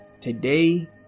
Today